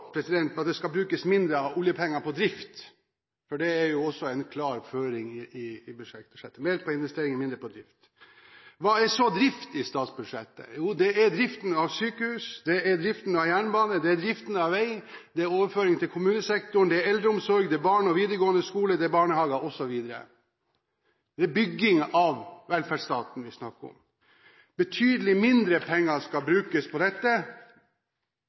at det skal brukes mindre av oljepengene på drift? Det er også en klar føring i budsjettet: mer på investeringer, mindre på drift. Hva er så drift i statsbudsjettet? Jo, det er driften av sykehus, det er driften av jernbane, det er driften av vei, det er overføringer til kommunesektoren, det er eldreomsorg, det er barne- og videregående skoler, det er barnehager osv. Det er bygging av velferdsstaten vi snakker om. Betydelig mindre penger skal brukes på dette,